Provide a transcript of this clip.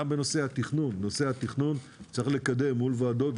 גם את נושא התכנון צריך לקדם מול ועדות,